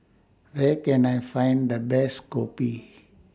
Where Can I Find The Best Kopi